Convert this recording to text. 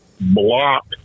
block